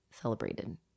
celebrated